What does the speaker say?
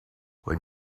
when